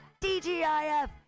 dgif